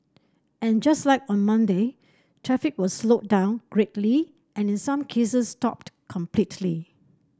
and just like on Monday traffic was slowed down greatly and in some cases stopped completely